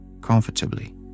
comfortably